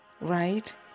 Right